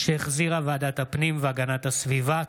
שהחזירה ועדת הפנים והגנת הסביבה.